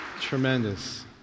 Tremendous